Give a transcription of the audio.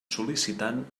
sol·licitant